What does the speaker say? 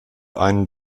einen